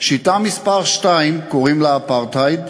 שיטה מס' 2, קוראים לה אפרטהייד,